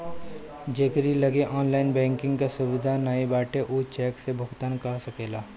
जेकरी लगे online banking कअ सुविधा नाइ बाटे उ चेक से भुगतान कअ सकेला